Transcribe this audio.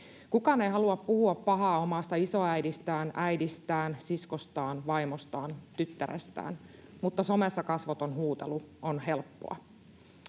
Kukaan ei halua puhua pahaa omasta isoäidistään, äidistään, siskostaan, vaimostaan tai tyttärestään, mutta somessa kasvoton huutelu on helppoa.